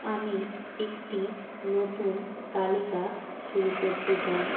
আমি একটি নতুন তালিকা শুরু করতে চাই